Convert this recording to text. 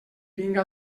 vinga